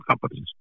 companies